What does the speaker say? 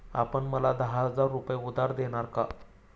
आपण मला दहा हजार रुपये उधार देणार का?